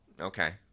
Okay